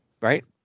right